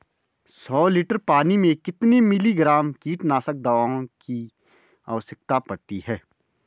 सौ लीटर पानी में कितने मिलीग्राम कीटनाशक दवाओं की आवश्यकता पड़ती है?